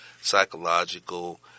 psychological